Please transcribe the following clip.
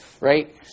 Right